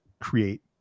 create